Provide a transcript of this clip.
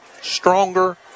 stronger